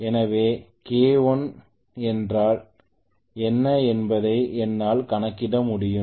எனவே கே 1 என்றால் என்ன என்பதை என்னால் கணக்கிட முடியும்